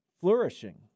flourishing